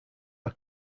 are